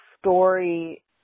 story